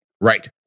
Right